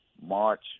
March